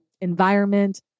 environment